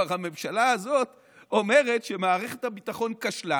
כלומר, הממשלה הזאת אומרת שמערכת הביטחון כשלה